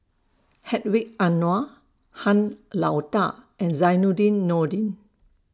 Hedwig Anuar Han Lao DA and Zainudin Nordin